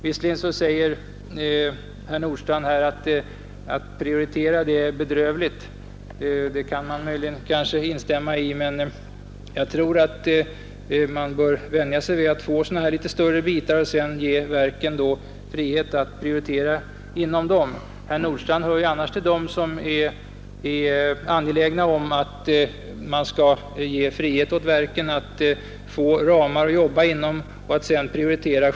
Visserligen säger herr Nordstrandh att det är bedrövligt att prioritera, och det kan man kanske instämma i, men jag tror man bör vänja sig vid att få större bitar och ge verken frihet att prioritera inom dem. Herr Nordstrandh tillhör ju annars dem som är angelägna om att man skall ge frihet åt verken att jobba inom givna ramar och själva prioritera.